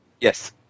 Yes